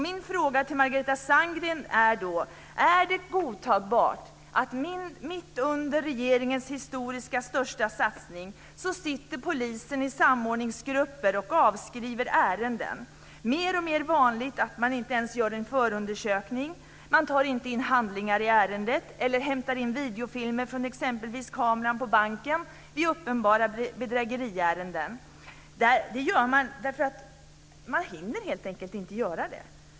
Min fråga till Margareta Sandgren är då: Är det godtagbart att poliser mitt under regeringens historiska största satsning sitter i samordningsgrupper och avskriver ärenden? Det blir mer och mer vanligt att man inte ens gör en förundersökning. Man tar inte in handlingar i ärendet eller hämtar in videofilmer från exempelvis kameran på banken vid uppenbara bedrägeriärenden. Man hinner helt enkelt inte göra det.